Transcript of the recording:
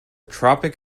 tropic